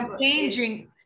changing